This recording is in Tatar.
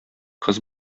кыз